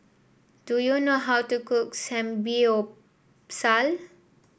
do you know how to cook Samgeyopsal